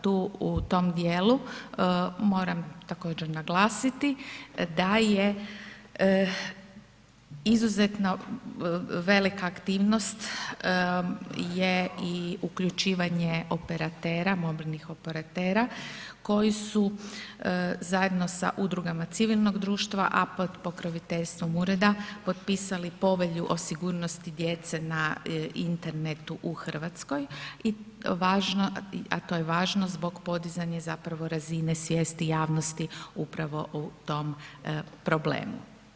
Tu u tom djelu moram također naglasiti da je izuzetno velika aktivnost je i uključivanje operatera, mobilnih operatera koji su zajedno sa udrugama civilnog društva a pod pokroviteljstvom ureda, potpisali povelju o sigurnosti djece na internetu u Hrvatskoj a to je važno zbog podizanja zapravo razine svijesti javnosti upravo u tom problemu.